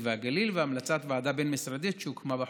והגליל והמלצת ועדה בין-משרדית שהוקמה בחוק.